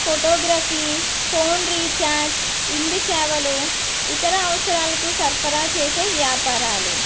photography phone recharge ఇంటి సేవలు ఇతర అవసరాలకు సరఫరా చేసే వ్యాపారాలు